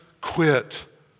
quit